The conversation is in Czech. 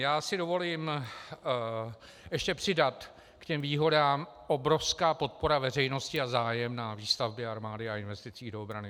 Já si dovolím ještě přidat k těm výhodám obrovská podpora veřejnosti a zájem na výstavbě armády a investicích do obrany.